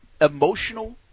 emotional